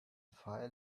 file